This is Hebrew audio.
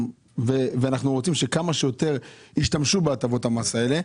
ואנחנו רוצים שכמה שיותר ישתמשו בהטבות המס האלה.